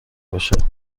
باشد